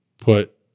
put